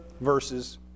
versus